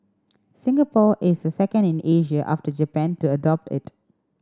Singapore is the second in Asia after Japan to adopt it